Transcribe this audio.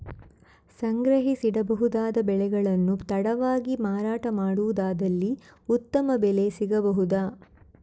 ಸಂಗ್ರಹಿಸಿಡಬಹುದಾದ ಬೆಳೆಗಳನ್ನು ತಡವಾಗಿ ಮಾರಾಟ ಮಾಡುವುದಾದಲ್ಲಿ ಉತ್ತಮ ಬೆಲೆ ಸಿಗಬಹುದಾ?